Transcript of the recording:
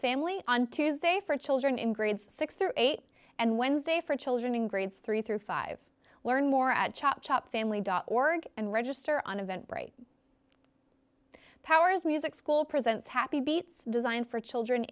family on tuesday for children in grades six to eight and wednesday for children in grades three through five learn more at chop chop family dot org and register on event great powers music school presents happy beats designed for children